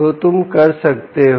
तो तुम कर सकते हो